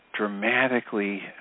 Dramatically